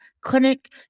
clinic